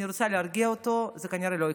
אני רוצה להרגיע אותו, זה כנראה לא יקרה,